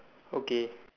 okay